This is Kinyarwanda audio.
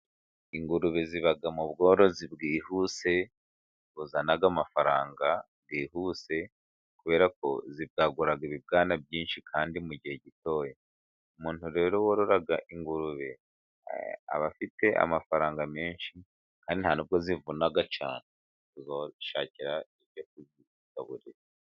Ingurube ziba mu bworozi bwihuse buzana amafaranga yihuse, kubera ko zibwagura ibibwana byinshi kandi mu gihe gitoya. Umuntu rero worora ingurube aba afite amafaranga menshi kandi nta n'ubwo zivuna cyane, kuzishakira ibyo kuzigaburira.